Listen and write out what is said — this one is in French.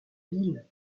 ville